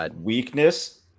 weakness